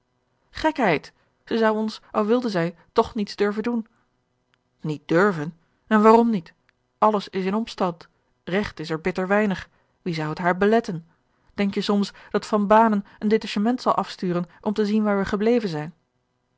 gekheid zij zou ons al wilde zij toch niets durven doen niet durven en waarom niet alles is in opstand regt is er bitter weinig wie zou het haar beletten denk je soms dat van banen een detachement zal afsturen om te zien waar wij gebleven zijn